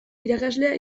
irakaslea